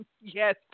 Yes